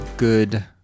Good